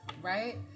right